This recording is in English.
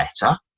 better